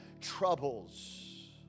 troubles